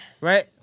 Right